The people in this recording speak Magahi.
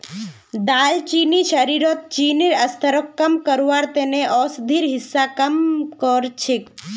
दालचीनी शरीरत चीनीर स्तरक कम करवार त न औषधिर हिस्सा काम कर छेक